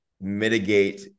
mitigate